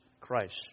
Christ